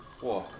!wah!